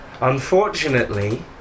Unfortunately